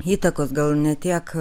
įtakos gal ne tiek